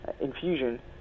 infusion